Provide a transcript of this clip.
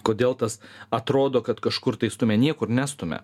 kodėl tas atrodo kad kažkur tai stumia niekur nestumia